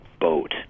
boat